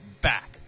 back